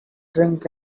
drink